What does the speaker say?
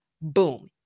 Boom